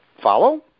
follow